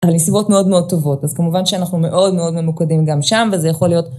על מסיבות מאוד מאוד טובות, אז כמובן שאנחנו מאוד מאוד ממוקדים גם שם, וזה יכול להיות...